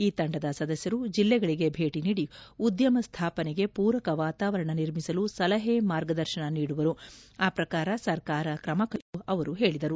ಈ ತಂಡದ ಸದಸ್ಯರು ಜಿಲ್ಲೆಗಳಿಗೆ ಭೇಟಿ ನೀಡಿ ಉದ್ಯಮ ಸ್ಲಾಪನೆಗೆ ಪೂರಕ ವಾತಾವರಣ ನಿರ್ಮಿಸಲು ಸಲಹೆ ಮಾರ್ಗದರ್ಶನ ನೀಡುವರು ಆ ಪ್ರಕಾರ ಸರ್ಕಾರ ಕ್ರಮಕ್ಶೆಗೊಳ್ಳುವುದು ಎಂದು ಅವರು ಹೇಳಿದರು